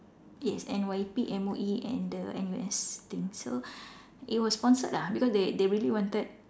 yes N_Y_P M_O_E and N_U_S thing it was sponsored la they really wanted